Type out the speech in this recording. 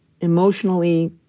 emotionally